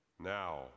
Now